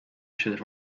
should